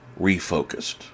refocused